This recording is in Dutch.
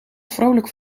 vrolijk